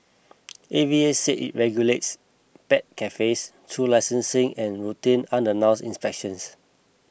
A V A said it regulates pet cafes through licensing and routine unannounced inspections